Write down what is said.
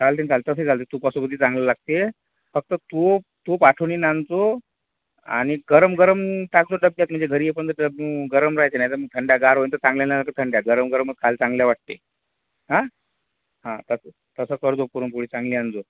चालतील चाल तसंही चालते तुपासोबतही चांगलं लागते फक्त तूप तूप आठवणीनं आणजो आणि गरम गरम टाकजो डब्यात म्हणजे घरी येईपर्यंत ते गरम राहते नाहीतर मग थंडगार होऊन तर चांगल्या नाही लागत थंडीत गरम गरमच खायला चांगल्या वाटते हां हां तसं तसं कर जा पुरणपोळी चांगली आण जा